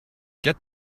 get